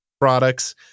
products